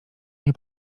nie